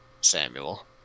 Samuel